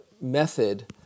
method